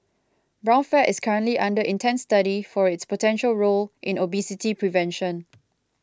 brown fat is currently under intense study for its potential role in obesity prevention